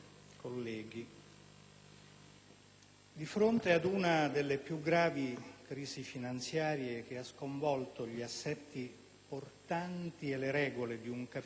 di fronte ad una delle più gravi crisi finanziarie che ha sconvolto gli assetti portanti e le regole di un capitalismo senz'anima